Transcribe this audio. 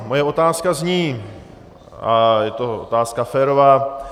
Moje otázka zní, a je to otázka férová.